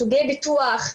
סוגי ביטוח,